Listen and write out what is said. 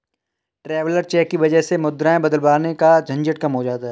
traveller cheque की वजह से मुद्राएं बदलवाने का झंझट कम हो जाता है